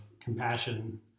compassion